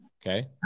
Okay